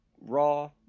Raw